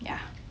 ya